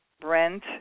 Brent